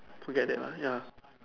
to get that lah ya